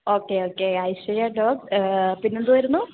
okay okay Aishwarya dot പിന്നെ എന്തുവായിരുന്നു